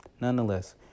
nonetheless